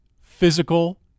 physical